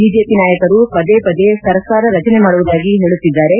BJP ನಾಯಕರು ಪದೇ ಪದೇ ಸರ್ಕಾರ ರಚನೆ ಮಾಡುವುದಾಗಿ ಹೇಳುತ್ತಿದ್ದಾರೆ